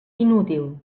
inútil